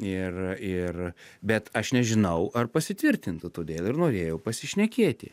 ir ir bet aš nežinau ar pasitvirtintų todėl ir norėjau pasišnekėti